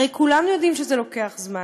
הרי כולנו יודעים שזה לוקח זמן.